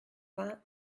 vingt